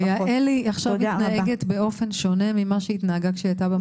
ויעלי עכשיו מתנהגת באופן שונה ממה שהיא התנהגה כשהיא הייתה במעון?